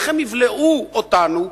איך הם יבלעו אותנו,